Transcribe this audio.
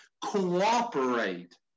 cooperate